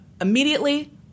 Immediately